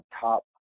top